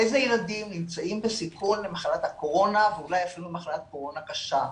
אילו ילדים נמצאים בסיכון למחלת הקורונה ואולי אפילו למחלת קורונה קשה,